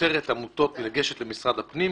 פוטרת עמותות מלגשת למשרד הפנים,